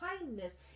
kindness